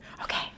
Okay